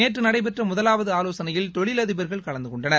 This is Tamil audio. நேற்று நடைபெற்ற முதலாவது ஆலோசனையில் தொழிலதிபர்கள் கலந்து கொண்டனர்